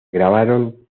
grabaron